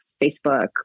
Facebook